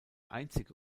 einzige